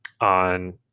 on